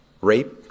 rape